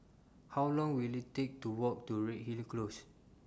How Long Will IT Take to Walk to Redhill Close